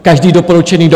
Každý doporučený dopis?